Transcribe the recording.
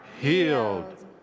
healed